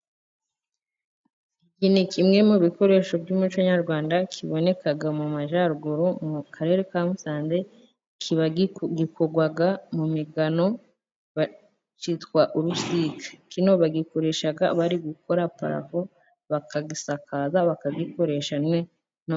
Iki ni kimwe mu bikoresho by'umuco nyarwanda, kiboneka mu majyaruguru, mu karere ka Musanze . Gikorwa mu migano. Cyitwa urusika. Kino bagikoresha bari gukora parafo bakagisakaza, bakagikoresha no ...